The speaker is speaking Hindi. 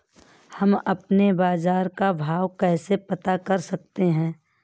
हम अपने बाजार का भाव कैसे पता कर सकते है?